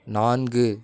நான்கு